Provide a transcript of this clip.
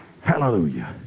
Hallelujah